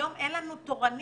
היום אין לנו תורנים